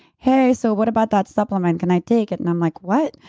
hey, so what about that supplement? can i take it? and i'm like, what?